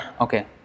okay